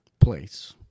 place